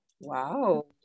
Wow